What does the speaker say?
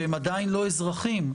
שהם עדיין לא אזרחים.